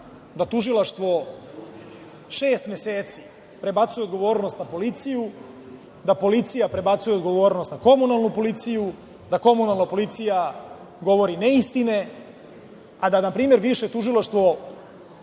da Tužilaštvo šest meseci prebacuje odgovornost na policiju, da policija prebacuje odgovornost na komunalnu policiju, da komunalna policija govori neistine, a da na primer Više tužilaštvo